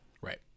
Right